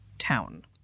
town